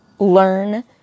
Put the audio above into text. learn